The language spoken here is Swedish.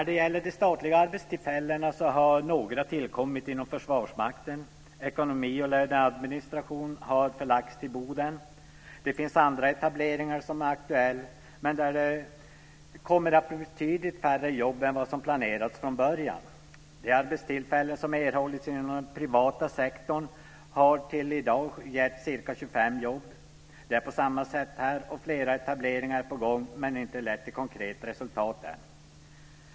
I fråga om statliga jobb har några tillkommit inom Försvarsmakten. Ekonomi och löneadministration har förlagts till Boden. Det finns andra etableringar som är aktuella, där det dock kommer att bli betydligt färre jobb än vad som planerats från början. De arbetstillfällen som erhållits inom den privata sektorn har till i dag givit ca 25 jobb. Det är på samma sätt här; flera etableringar är på gång men det har inte blivit något konkret resultat än.